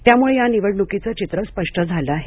त्यामुळे या निवडणुकीचं चित्र स्पष्ट झालं आहे